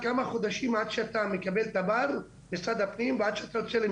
כמה חודשים עד שאתה מקבל תב"ר ממשרד הפנים,